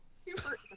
super